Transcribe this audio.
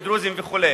דרוזים וכו',